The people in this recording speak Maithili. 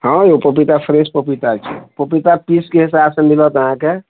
हँ यौ पपीता फ्रेश पपीता छै पपीता पीसके हिसाबसँ मिलत अहाँके